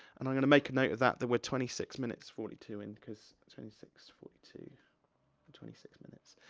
and i'm gonna make a note of that, that we're twenty six minutes, forty two in, cause, twenty six, forty two, twenty six minutes.